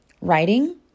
Writing